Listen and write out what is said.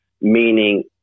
Meaning